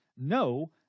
no